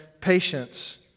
patience